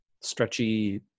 stretchy